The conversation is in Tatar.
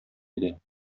иде